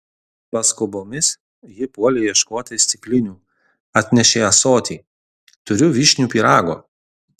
paskubomis ji puolė ieškoti stiklinių atnešė ąsotį turiu vyšnių pyrago